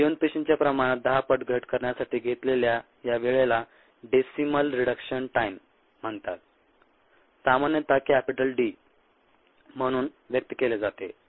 जिवंत पेशींच्या प्रमाणात 10 पट घट करण्यासाठी घेतलेल्या या वेळेला डेसिमल रिडक्शन टाईम म्हणतात सामान्यत कॅपिटल डी म्हणून व्यक्त केले जाते